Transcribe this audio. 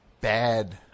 bad